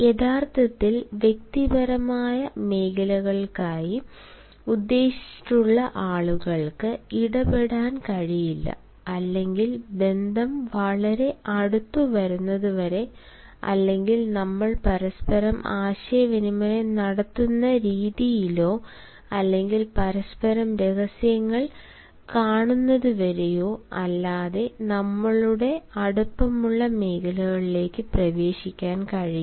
യഥാർത്ഥത്തിൽ വ്യക്തിപരമായ മേഖലകൾക്കായി ഉദ്ദേശിച്ചിട്ടുള്ള ആളുകൾക്ക് ഇടപെടാൻ കഴിയില്ല അല്ലെങ്കിൽ ബന്ധം വളരെ അടുത്തുവരുന്നതുവരെ അല്ലെങ്കിൽ നമ്മൾ പരസ്പരം ആശയവിനിമയം നടത്തുന്ന രീതിയിലോ അല്ലെങ്കിൽ പരസ്പരം രഹസ്യങ്ങൾ കാണുന്നതുവരെയോ അല്ലാതെ നമ്മളുടെ അടുപ്പമുള്ള മേഖലകളിലേക്ക് പ്രവേശിക്കാൻ കഴിയില്ല